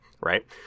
right